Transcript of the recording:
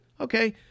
Okay